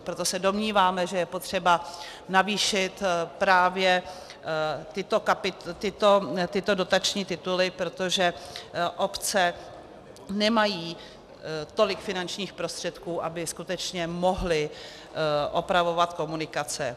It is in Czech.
Proto se domníváme, že je potřeba navýšit právě tyto dotační tituly, protože obce nemají tolik finančních prostředků, aby skutečně mohly opravovat komunikace.